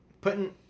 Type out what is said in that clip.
Putting